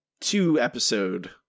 two-episode